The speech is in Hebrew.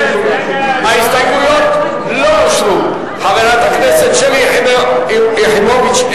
ההסתייגויות של חבר הכנסת רוברט טיבייב לסעיף 04,